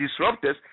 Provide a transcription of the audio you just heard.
disruptors